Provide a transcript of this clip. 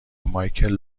مایکل